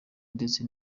ndetse